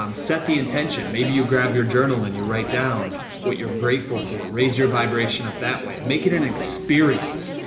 um set the intention. maybe you grab your journal, and you write down what you're grateful for. raise your vibration up that way. make it as an experience.